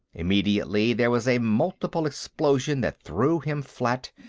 immediately, there was a multiple explosion that threw him flat,